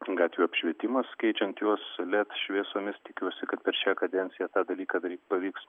gatvių apšvietimas keičiant juos led šviesomis tikiuosi kad per šią kadenciją tą dalyką daryt pavyks